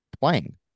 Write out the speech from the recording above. playing